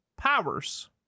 powers